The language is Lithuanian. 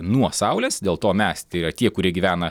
nuo saulės dėl to mes tai yra tie kurie gyvena